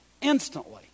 Instantly